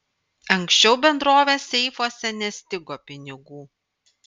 anksčiau bendrovės seifuose nestigo pinigų